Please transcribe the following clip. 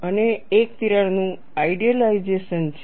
અને એક તિરાડનું આઇડીયલાઈઝેશન છે